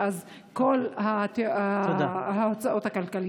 ואז ישנן כל ההוצאות הכלכליות.